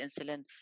insulin